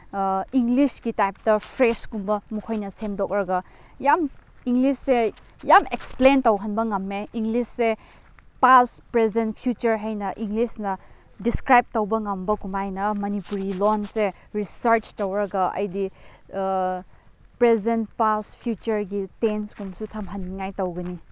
ꯏꯪꯂꯤꯁꯀꯤ ꯇꯥꯏꯞꯇ ꯐ꯭ꯔꯦꯁꯀꯨꯝꯕ ꯃꯈꯣꯏꯅ ꯁꯦꯝꯗꯣꯛꯂꯒ ꯌꯥꯝ ꯏꯪꯂꯤꯁꯁꯦ ꯌꯥꯝ ꯑꯦꯛꯁꯄ꯭ꯂꯦꯟ ꯇꯧꯍꯟꯕ ꯉꯝꯃꯦ ꯏꯪꯂꯤꯁꯁꯦ ꯄꯥꯁ ꯄ꯭ꯔꯦꯖꯦꯟ ꯐ꯭ꯌꯨꯆꯔ ꯍꯥꯏꯅ ꯏꯪꯂꯤꯁꯅ ꯗꯤꯁꯀ꯭ꯔꯥꯏꯞ ꯇꯧꯕ ꯉꯝꯕꯗꯨꯃꯥꯏꯅ ꯃꯅꯤꯄꯨꯔꯤ ꯂꯣꯟꯁꯦ ꯔꯤꯁꯔꯆ ꯇꯧꯔꯒ ꯑꯩꯗꯤ ꯄ꯭ꯔꯦꯖꯦꯟ ꯄꯥꯁ ꯐ꯭ꯌꯨꯆꯔꯒꯤ ꯇꯦꯟꯁꯀꯨꯝꯕꯁꯨ ꯊꯝꯍꯟꯅꯤꯉꯥꯏ ꯇꯧꯒꯅꯤ